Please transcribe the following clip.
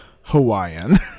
Hawaiian